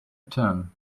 turn